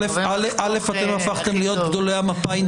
אתם הפכתם להיות גדולי המפא"יניקים.